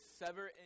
sever